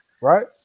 right